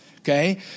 Okay